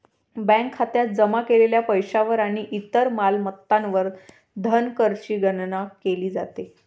bank खात्यात जमा केलेल्या पैशावर आणि इतर मालमत्तांवर धनकरची गणना केली जाते